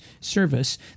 service